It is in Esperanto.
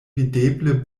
videble